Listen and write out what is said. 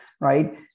right